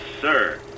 sir